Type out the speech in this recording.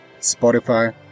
Spotify